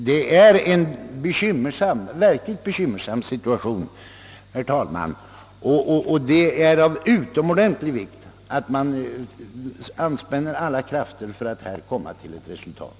Detta är en verkligt bekymmersam situation, herr talman, och det är av utomordentlig vikt att man spänner alla krafter för att komma till ett resultat.